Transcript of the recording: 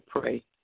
pray